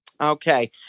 Okay